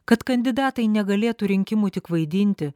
kad kandidatai negalėtų rinkimų tik vaidinti